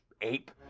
ape